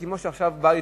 כמו שעכשיו בא לתיקון.